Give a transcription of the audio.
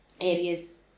areas